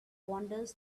wanders